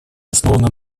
основана